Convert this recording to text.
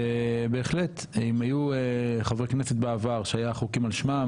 אם היו חברי כנסת בעבר שהיו חוקים על שמם,